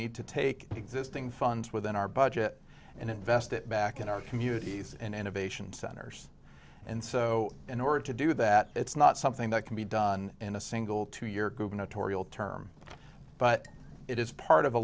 need to take existing funds within our budget and invest it back in our communities and innovation centers and so in order to do that it's not something that can be done in a single two year gubernatorial term but it is part of a